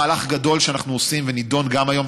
מהלך גדול שאנחנו עושים ונידון גם היום,